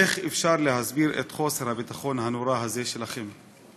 איך אפשר להסביר את חוסר הביטחון הנורא הזה שלכם?